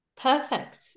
Perfect